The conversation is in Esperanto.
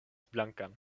blankan